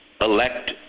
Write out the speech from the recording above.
elect